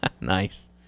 Nice